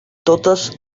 totes